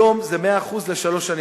היום זה 100% לשלוש שנים,